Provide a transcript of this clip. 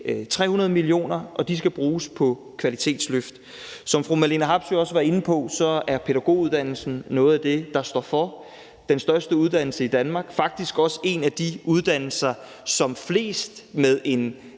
300 mio. kr., og de skal bruges på kvalitetsløft. Som fru Marlene Harpsøe også var inde på, er pædagoguddannelsen en af de uddannelser, der ligger ligefor . Det er den største uddannelse i Danmark, og det er faktisk også en af de uddannelser, som flest med en